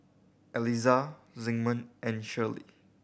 Eliza Zigmund and Shirley